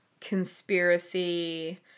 conspiracy